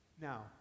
Now